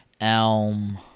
Elm